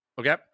Okay